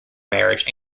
marriage